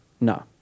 No